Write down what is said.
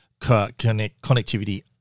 connectivity